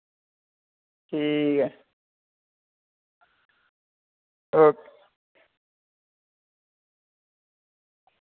ठीक ऐ ओके